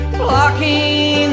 blocking